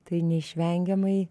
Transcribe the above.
tai neišvengiamai